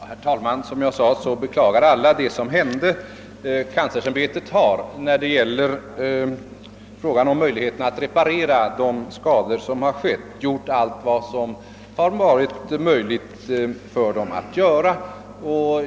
Herr talman! Som jag sade beklagar alla det som hänt. Kanslersämbetet har vad beträffar möjligheterna att reparera de skador som har skett gjort allt vad som har varit möjligt att göra.